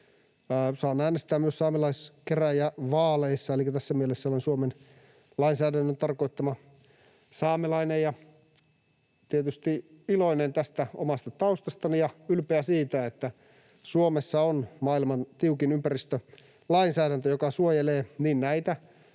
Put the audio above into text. Saan äänestää myös saamelaiskäräjävaaleissa elikkä tässä mielessä olen Suomen lainsäädännön tarkoittama saamelainen ja tietysti iloinen tästä omasta taustastani ja ylpeä siitä, että Suomessa on maailman tiukin ympäristölainsäädäntö, joka suojelee niin näitä